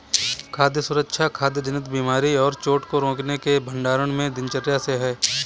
खाद्य सुरक्षा खाद्य जनित बीमारी और चोट को रोकने के भंडारण में दिनचर्या से है